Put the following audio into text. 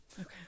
Okay